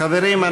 חברים,